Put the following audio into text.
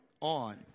on